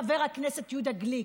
חבר הכנסת יהודה גליק.